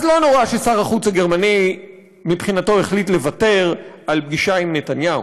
אז לא נורא ששר החוץ הגרמני מבחינתו החליט לוותר על פגישה עם נתניהו,